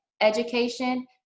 education